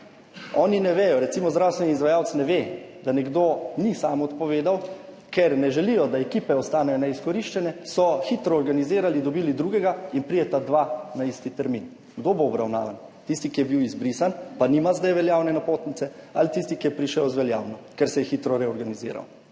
pa če prideta dva? Zdravstveni izvajalec ne ve, da nekdo ni sam odpovedal, ker pa ne želijo, da ekipe ostanejo neizkoriščene, so hitro organizirali, dobili drugega in potem prideta dva na isti termin Kdo bo obravnavan? Tisti, ki je bil izbrisan, pa zdaj nima veljavne napotnice, ali tisti, ki je prišel z veljavno, ker so se hitro reorganizirali?